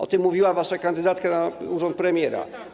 O tym mówiła wasza kandydatka na urząd premiera.